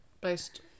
based